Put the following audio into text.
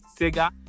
Sega